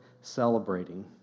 celebrating